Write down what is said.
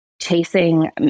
chasing